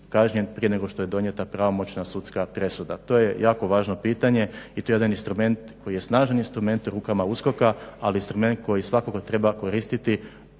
kažnjen prije nego što je donijeta pravomoćna sudska presuda. To je jako važno pitanje i to je jedan instrument koji je snažan instrument u rukama USKOK-a ali instrument koji svakako treba koristi